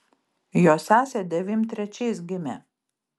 jo sesė devym trečiais gimė